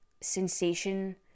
sensation